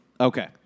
Okay